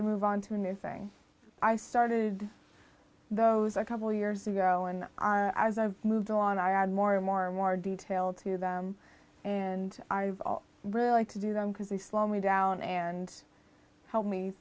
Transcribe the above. to move on to a new thing i started those a couple years ago and as i've moved on i add more and more and more detail to them and i've all really like to do them because they slow me down and help me